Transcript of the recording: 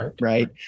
right